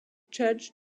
judge